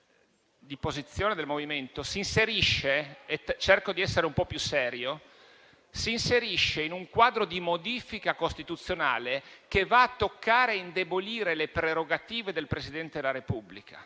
di posizione del MoVimento si inserisce - cerco di essere un po' più serio - in un quadro di modifica costituzionale che va a toccare e indebolire le prerogative del Presidente della Repubblica.